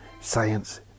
Science